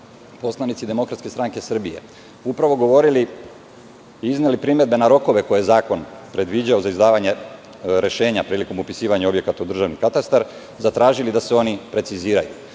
poslanici DSS, upravo govorili i izneli primedbe na rokove koje je zakon predviđao za izdavanje rešenja prilikom upisivanja objekata u državni katastar, zatražili da se oni preciziraju.